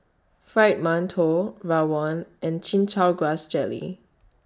Fried mantou Rawon and Chin Chow Grass Jelly